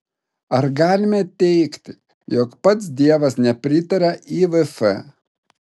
ar galime teigti jog pats dievas nepritaria ivf